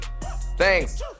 Thanks